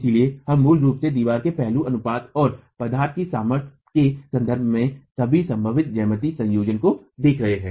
इसलिए हम मूल रूप से दीवार के पहलू अनुपात और पदार्थ की सामर्थ्य के संदर्भ में सभी संभावित ज्यामितीय संयोजनों को देख रहे हैं